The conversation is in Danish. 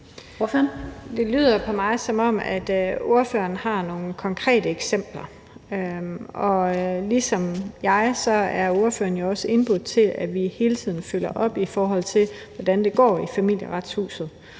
Det lyder på mig, som om ordføreren har nogle konkrete eksempler, og ligesom jeg er ordføreren også indbudt til, at vi hele tiden følger op, i forhold til hvordan det går i Familieretshuset.